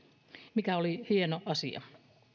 mikä oli hieno asia